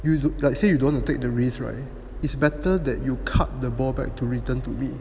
you look like say you don't want to take the risk right it's better that you cut the ball back to return to lead